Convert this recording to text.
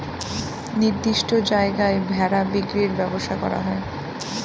নির্দিষ্ট জায়গায় ভেড়া বিক্রির ব্যবসা করা হয়